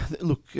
Look